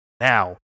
Now